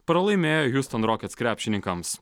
pralaimėjo hiuston rockets krepšininkams